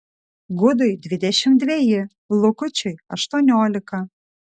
gudui dvidešimt dveji lukučiui aštuoniolika